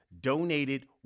donated